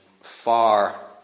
far